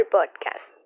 Podcast